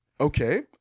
okay